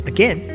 Again